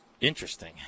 Interesting